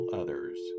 others